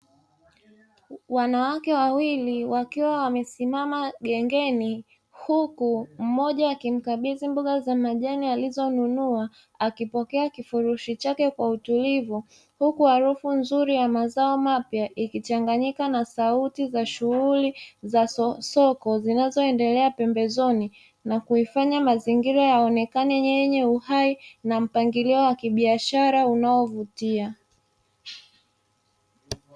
Wanawake wawili wakiwa wamesimama gengeni huku mmoja akimkabidhi mboga za majani alizonunua, akipokea kifurushi chake kwa utulivu; huku harufu nzuri ya mazao mapya ikichanganyika na sauti za shughuli za soko zinazoendelea pembezoni, na kuifanya mazingira yaonekana yenye uhai na mpangilio wa kibiashara unaovutia.